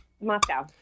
Moscow